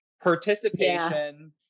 participation